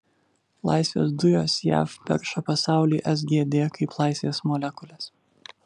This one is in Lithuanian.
laisvės dujos jav perša pasauliui sgd kaip laisvės molekules